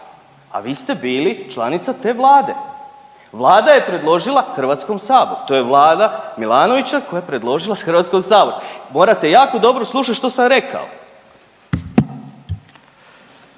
a vi ste bili članica te Vlade. Vlada je predložila HS-u, to je Vlada Milanovića koja je predložila HS-u. Morate jako dobro slušati što sam rekao.